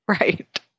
Right